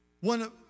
One